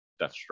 Deathstroke